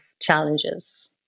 challenges